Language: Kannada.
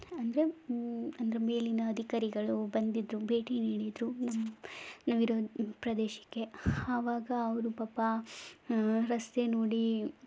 ಅಂದರೆ ಅಂದರೆ ಮೇಲಿನ ಅಧಿಕಾರಿಗಳು ಬಂದಿದ್ದರು ಭೇಟಿ ನೀಡಿದರು ನಮ್ಮ ನಾವಿರೋ ಪ್ರದೇಶಕ್ಕೆ ಆವಾಗ ಅವರು ಪಾಪ ರಸ್ತೆ ನೋಡಿ